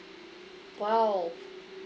!wow!